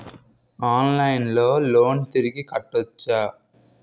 ఆన్లైన్లో లోన్ తిరిగి కట్టోచ్చా?